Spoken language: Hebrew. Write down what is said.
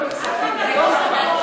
44 בעד.